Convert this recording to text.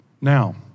Now